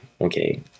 Okay